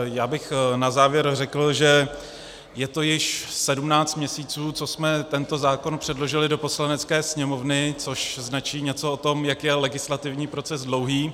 Já bych na závěr řekl, že je to již 17 měsíců, co jsme tento zákon předložili do Poslanecké sněmovny, což značí něco o tom, jak je legislativní proces dlouhý.